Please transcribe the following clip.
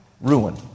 ruin